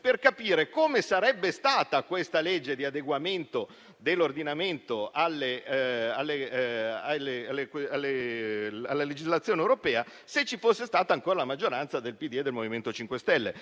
per capire come sarebbe stata questa normativa di adeguamento dell'ordinamento alla legislazione europea, se ci fosse stata ancora la maggioranza del PD e del MoVimento 5 Stelle.